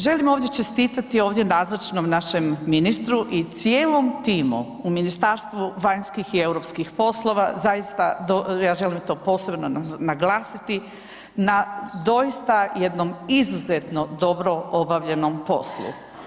Želim ovdje čestiti ovdje nazočnom našem ministru i cijelom timu u Ministarstvu vanjskih i europskih poslova zaista ja želim to posebno naglasiti na doista jednom izuzetno dobro obavljenom poslu.